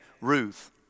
Ruth